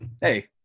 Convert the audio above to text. Hey